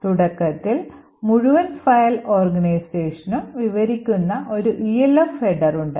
തുടക്കത്തിൽ മുഴുവൻ ഫയൽ ഓർഗനൈസേഷനും വിവരിക്കുന്ന ഒരു ELF ഹെഡർ ഉണ്ട്